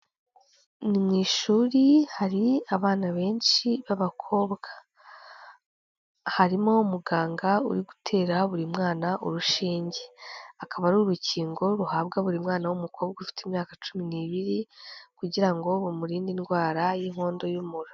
Ni mu ishuri hari abana benshi b'abakobwa, harimo umuganga uri gutera buri mwana urushinge, akaba ari urukingo ruhabwa buri mwana w'umukobwa ufite imyaka cumi n'ibiri, kugira ngo bamurinde indwara y'inkondo y'umura.